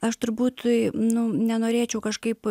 aš turbūt tai nu nenorėčiau kažkaip